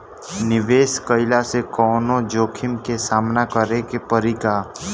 निवेश कईला से कौनो जोखिम के सामना करे क परि का?